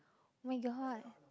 oh-my-god